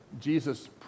Jesus